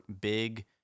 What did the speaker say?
Big